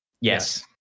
Yes